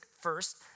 first